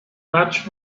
much